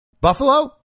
Buffalo